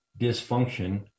dysfunction